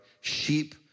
sheep